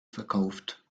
verkauft